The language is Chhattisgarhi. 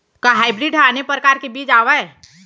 का हाइब्रिड हा आने परकार के बीज आवय?